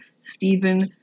Stephen